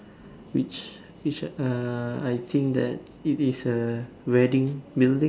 which which uh I think that it is a wedding building